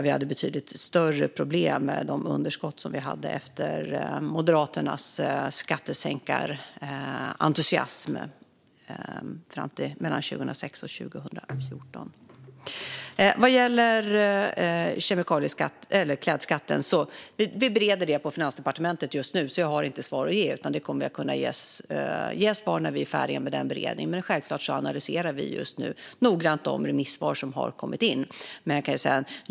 Vi hade betydligt större problem med de underskott som vi hade efter Moderaternas skattesänkarentusiasm mellan 2006 och 2014. Vad gäller klädskatten bereder vi detta på Finansdepartementet just nu. Jag har inget svar att ge, utan jag kommer att kunna ge svar när vi är färdiga med beredningen. Självklart analyserar vi just nu noggrant de remissvar som har kommit in.